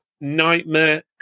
nightmare